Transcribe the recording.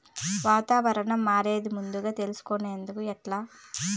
వాతావరణం మారేది ముందుగా తెలుసుకొనేది ఎట్లా?